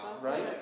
Right